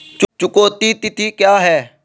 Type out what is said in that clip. चुकौती तिथि क्या है?